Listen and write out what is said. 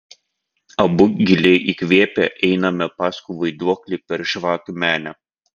abu giliai įkvėpę einame paskui vaiduoklį per žvakių menę